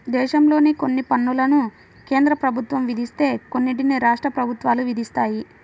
దేశంలో కొన్ని పన్నులను కేంద్ర ప్రభుత్వం విధిస్తే కొన్నిటిని రాష్ట్ర ప్రభుత్వాలు విధిస్తాయి